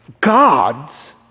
God's